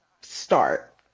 start